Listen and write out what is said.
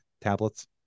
tablets